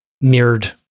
mirrored